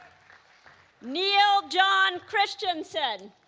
neil jon christianson